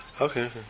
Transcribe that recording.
Okay